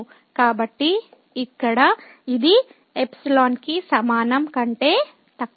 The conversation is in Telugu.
కాబట్టి ఇక్కడ ఇది ϵ కి సమానం కంటే తక్కువ